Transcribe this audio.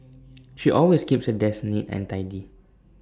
she always keeps her desk neat and tidy